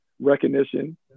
recognition